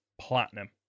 Platinum